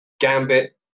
Gambit